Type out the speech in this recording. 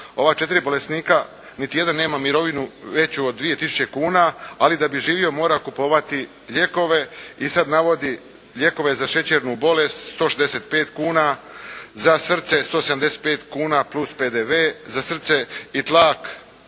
Ova 4 bolesnika niti jedan nema mirovinu veću od dvije tisuće kuna, ali da bi živio mora kupovati lijekove i sad navodi lijekove za šećernu bolest 165 kuna, za srce 175 kuna plus PDV. Za srce i tlak